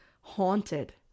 haunted